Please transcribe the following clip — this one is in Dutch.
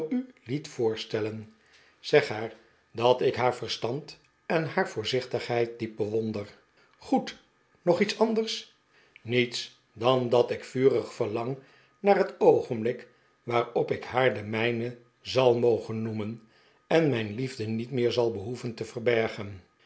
liet voorstellem zeg haar dat ik haar verstand en haar voorzichtigheid diep bewonder goed nog iets anders niets dan dat ik vurig verlang naar het oogenblik waarop ik haar de mijne zal mogen noemen en mijn liefde niet meer zal behoeven te verbergeri